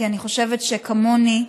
כי אני חושבת שכמוני,